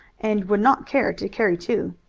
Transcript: and would not care to carry two.